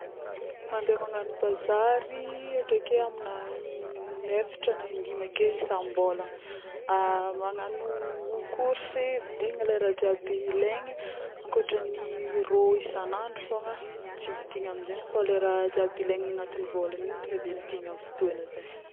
Mandeha magnano bazary akeke amina in'eftra na in-dimy ake isam-bolagna˂hesitation˃ magnano course, vidigna le raha jiaby ilaigny ankoatry ny rô isan'andro fôgna tsy vidigna amin-jegny fô le raha jiaby ilaigny agnatin'ny vôlagna igny tonga de vidigna amin'ny fotôgna zay